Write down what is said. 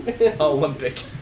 Olympic